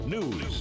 News